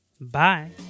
Bye